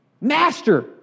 Master